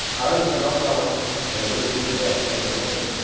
allen was not long when the weakness of death came on him,